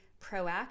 proactive